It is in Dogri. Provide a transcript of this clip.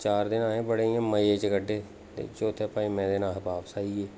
चार दिन अहें बड़े मजे च कट्टे ते चौथे पंजमें दिन अस बापस ्आइयै